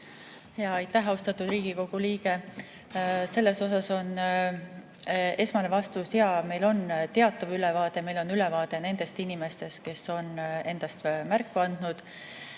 Aitäh, austatud Riigikogu liige! Selle kohta on esmane vastus: jaa, meil on teatav ülevaade, meil on ülevaade nendest inimestest, kes on endast märku andnud.